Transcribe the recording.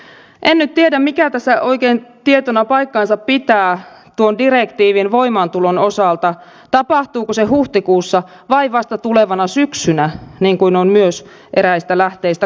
en nyt tiedä mikä tässä oikein tietona paikkansa pitää tuon direktiivin voimaantulon osalta tapahtuuko se huhtikuussa vai vasta tulevana syksynä niin kuin on myös eräistä lähteistä kuulunut